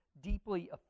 deeply